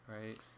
Right